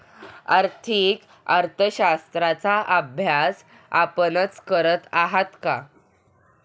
आर्थिक अर्थशास्त्राचा अभ्यास आपणच करत आहात का?